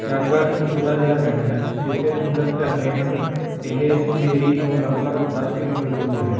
ਕਿਯਾਗਾ ਇੱਕ ਛੋਟਾ ਜਿਹਾ ਪਿੰਡ ਹੈ ਜਿੱਥੇ ਸੁੰਦਰ ਝਰਨੇ ਹਨ ਇਹ ਸ਼ਿੰਗੇਰੀ ਤੋਂ ਲਗਭਗ ਦਸ ਕਿੱਲੋਮੀਟਰ ਦੂਰ ਹੈ